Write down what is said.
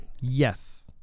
Yes